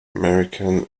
american